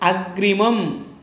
अग्रिमम्